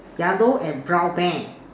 yellow and brown bear